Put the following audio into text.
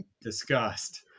disgust